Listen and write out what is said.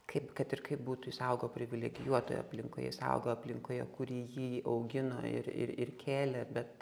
kaip kad ir kaip būtų jis augo privilegijuotoje aplinkoje jis augo aplinkoje kuri jį augino ir ir ir kėlė bet